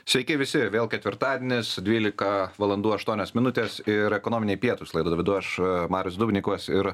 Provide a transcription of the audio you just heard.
sveiki visi vėl ketvirtadienis dvylika valandų aštuonios minutės ir ekonominiai pietūs laida vedu aš marius dubnikovas ir